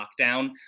lockdown